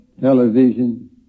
television